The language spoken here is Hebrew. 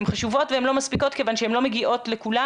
הן חשובות ולא מספיקות כיוון שהן לא מגיעות לכולם